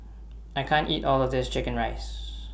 I can't eat All of This Chicken Rice